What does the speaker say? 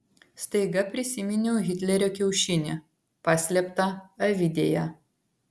staiga prisiminiau hitlerio kiaušinį paslėptą avidėje